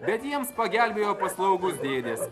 bet jiems pagelbėjo paslaugūs dėdės